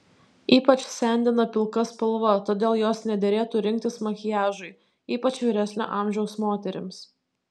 ypač sendina pilka spalva todėl jos nederėtų rinktis makiažui ypač vyresnio amžiaus moterims